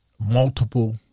multiple